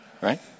right